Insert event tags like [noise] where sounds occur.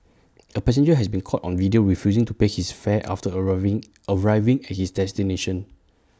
A passenger has been caught on video refusing to pay his fare after [unintelligible] arriving at his destination